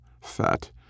fat